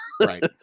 Right